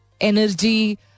energy